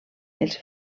els